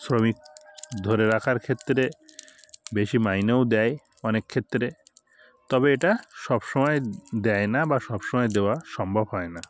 শ্রমিক ধরে রাখার ক্ষেত্রে বেশি মাইনেও দেয় অনেক ক্ষেত্রে তবে এটা সব সময় দেয় না বা সব সময় দেওয়া সম্ভব হয় না